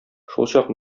шулчак